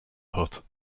hut